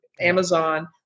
Amazon